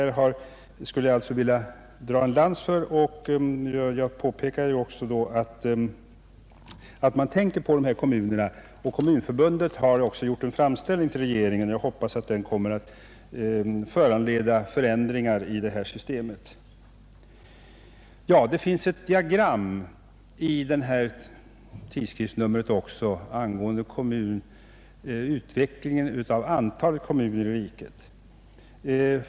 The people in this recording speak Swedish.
Jag skulle vilja dra en lans för dessa kommuner; jag anser att vi bör tänka på dem. Svenska kommunförbundet har gjort en framställning till regeringen i ämnet och jag hoppas att denna framställning kommer att föranleda ändringar i det nuvarande systemet. I Kommunal tidskrift återges ett diagram över utvecklingen av antalet kommuner i riket.